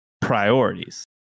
Priorities